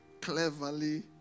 cleverly